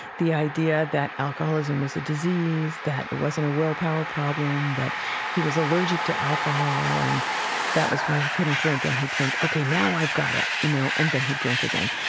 the idea that alcoholism was a disease, that it wasn't a willpower problem, that he was allergic to alcohol, and that was why he couldn't drink. and he'd think, ok, now i've got it you know? and then he'd drink again.